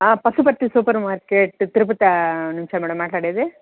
ఆ పసుపత్రి super market Tirupati నుంచా మేడం మాట్లాడేది